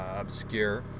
obscure